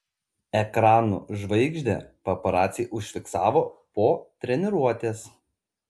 ekranų žvaigždę paparaciai užfiksavo po treniruotės